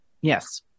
Yes